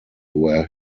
where